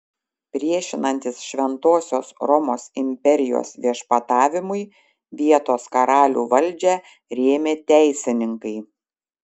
priešinantis šventosios romos imperijos viešpatavimui vietos karalių valdžią rėmė teisininkai